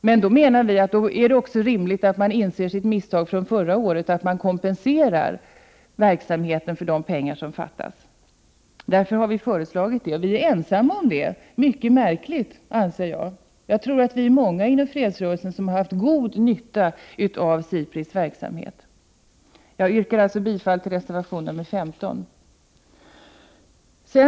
Men vi menar att det då är rimligt att regeringen inser sitt misstag från förra året och kompenserar SIPRI för de pengar som fattas. Därför har vi i vpk föreslagit detta, vilket vi är ensamma om, och det är mycket märkligt. Jag tror att vi är många inom fredsrörelsen som har haft god nytta av SIPRI:s verksamhet. Jag yrkar alltså bifall till reservation 15.